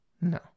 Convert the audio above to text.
No